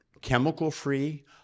chemical-free